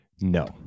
No